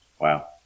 Wow